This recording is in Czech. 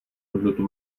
hodnotu